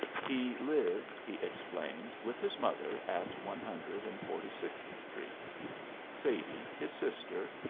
he lived, he explained, with his mother at one hundred and forty-sixth street sadie, his sister,